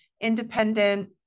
independent